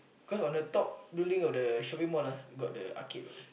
cause on the top building of the shopping mall ah got the arcade [what]